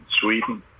Sweden